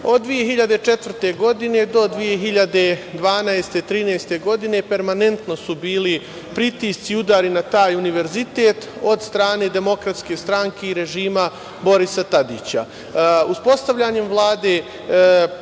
2004. godine, do 2012-2013. godine, permanentno su bili pritisci i udari na taj Univerzitet od strane DS i režima Borisa Tadića. Uspostavljanjem Vlade,